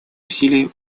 усилия